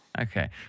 Okay